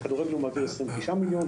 לכדורגל הוא מעביר 29 מיליון שקלים,